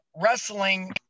wrestling